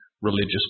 religious